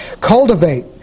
Cultivate